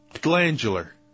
Glandular